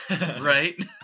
right